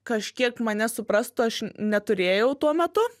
kažkiek mane suprastų aš neturėjau tuo metu